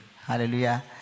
Hallelujah